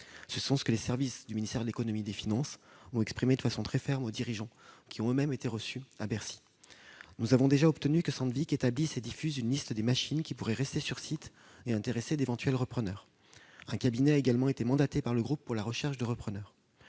C'est ce que les services du ministère ont signifié de façon très ferme aux dirigeants de l'entreprise, qu'ils ont reçus à Bercy. Nous avons déjà obtenu que Sandvik établisse et diffuse une liste des machines qui pourraient rester sur site et intéresser d'éventuels repreneurs. Un cabinet a également été mandaté par le groupe pour la recherche de repreneurs.